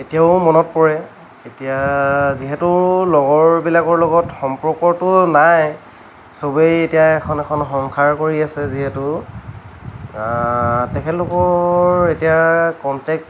এতিয়াও মনত পৰে এতিয়া যিহেতু লগৰবিলাকৰ লগত সম্পৰ্কটো নাই সবেই এতিয়া এখন এখন সংসাৰ কৰি আছে যিহেতু তেখেতলোকৰ এতিয়া কণ্টেক